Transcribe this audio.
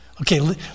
Okay